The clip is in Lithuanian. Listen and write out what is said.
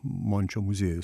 mončio muziejus